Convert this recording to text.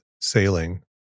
sailing